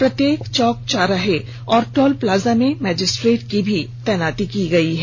प्रत्येक चौक चौराहे और टोल प्लाजा में मजिस्ट्रेट की भी तैनाती की गई है